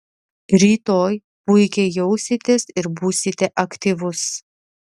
rytoj puikiai jausitės ir būsite aktyvus